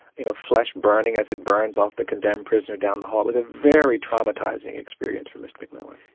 you know, flesh burning as it burnt off the condemned prisoner down the hall. it was a very traumatising experience for mr mcmillian.